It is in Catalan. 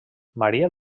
maria